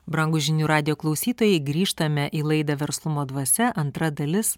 brangūs žinių radijo klausytojai grįžtame į laidą verslumo dvasia antra dalis